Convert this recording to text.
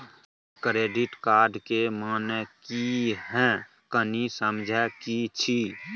Credit card के माने की हैं, कनी समझे कि छि?